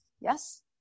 yes